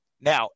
now